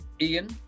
ian